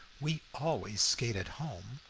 we always skate at home,